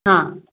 हां